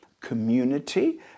community